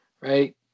Right